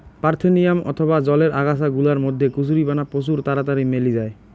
parthenium অথবা জলের আগাছা গুলার মধ্যে কচুরিপানা প্রচুর তাড়াতাড়ি মেলি জায়